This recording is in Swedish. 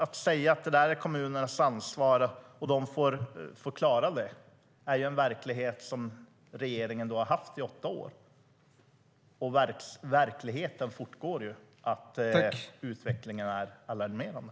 Att säga att det är kommunernas ansvar och att de får klara det är en verklighet som regeringen har haft i åtta år, och verkligheten fortgår, där utvecklingen är alarmerande.